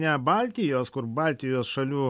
ne baltijos kur baltijos šalių